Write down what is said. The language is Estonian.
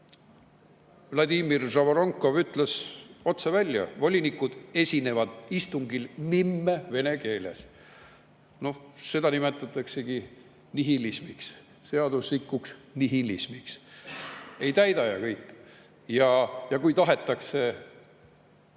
Vladimir Žavoronkov ütles otse välja, et volinikud esinevad istungil nimme vene keeles. Seda nimetataksegi nihilismiks, seaduslikuks nihilismiks. Ei täida [seadust] ja kõik. Ja kui tahetakse